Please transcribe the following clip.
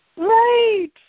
Right